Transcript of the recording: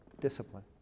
discipline